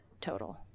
Total